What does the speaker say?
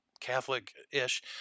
Catholic-ish